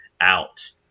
out